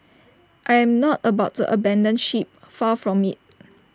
I am not about to abandon ship far from IT